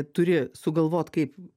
turi sugalvot kaip